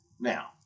now